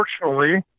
Unfortunately